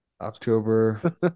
October